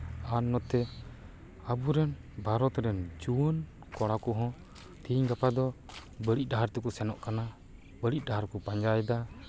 ᱟᱨ ᱱᱚᱛᱮ ᱟᱵᱚᱨᱮᱱ ᱵᱷᱟᱨᱚᱛ ᱨᱮᱱ ᱡᱩᱣᱟᱹᱱ ᱠᱚᱲᱟ ᱠᱚᱦᱚᱸ ᱛᱮᱦᱮᱧ ᱜᱟᱯᱟ ᱫᱚ ᱵᱟᱹᱲᱤᱡ ᱰᱟᱦᱟᱨ ᱛᱮᱠᱚ ᱥᱮᱱᱚᱜ ᱠᱟᱱᱟ ᱵᱟᱹᱲᱤᱡ ᱰᱟᱦᱟᱨ ᱠᱚ ᱯᱟᱸᱡᱟᱭᱮᱫᱟ